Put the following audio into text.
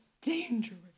dangerous